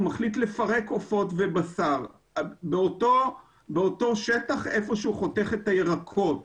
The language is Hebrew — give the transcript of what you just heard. הוא מחליט לפרק עופות ובשר באותו שטח בו הוא חותך את הירקות,